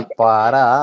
para